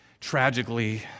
tragically